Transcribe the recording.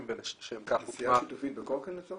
ולשם כך --- נסיעה שיתופית בקורקינט?